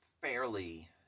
fairly